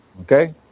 Okay